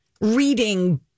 reading